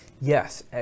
yes